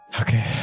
Okay